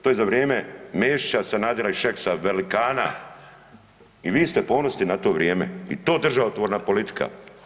To je za vrijeme Mesića, Sanadera i Šeksa velikana i vi ste ponosni na to vrijeme i to državotvorna politika?